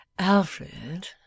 alfred